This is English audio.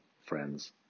friends